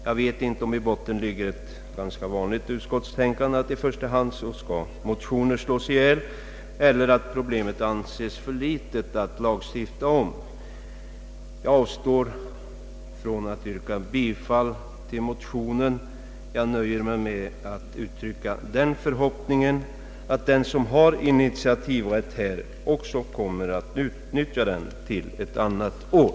Jag vet inte om i botten ligger ett ganska vanligt utskottstänkande, att i första hand skall motioner slås ihjäl, eller om i stället problemet anses för litet att lagstifta om. Jag avstår från att yrka bifall till motionen och nöjer sig med att uttrycka den förhoppningen, att den som har initiativrätt i denna fråga också kommer att utnyttja denna till ett annat år.